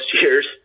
years